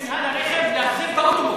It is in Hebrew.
ממינהל הרכב, להחזיר את האוטובוס.